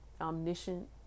omniscient